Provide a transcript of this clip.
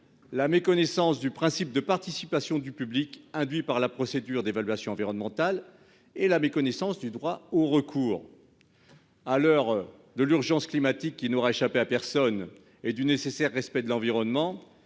La méconnaissance du principe de participation du public induit par la procédure d'évaluation environnementale et la méconnaissance du droit au recours. À l'heure de l'urgence climatique qui n'aura échappé à personne et du nécessaire respect de l'environnement.